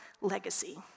legacy